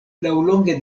laŭlonge